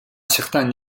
certain